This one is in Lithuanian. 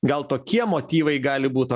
gal tokie motyvai gali būt o